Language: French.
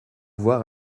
voir